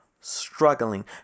Struggling